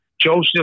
Joseph